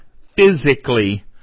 physically